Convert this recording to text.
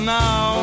now